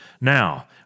Now